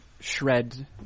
shred